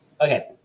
okay